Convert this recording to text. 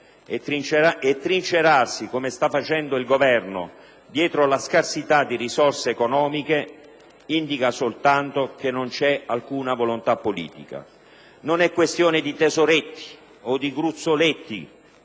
trincerarsi - come sta facendo il Governo - dietro alla scarsità di risorse economiche indica soltanto che non vi è alcuna volontà politica. Non è questione di tesoretti o di gruzzoletti